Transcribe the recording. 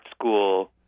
school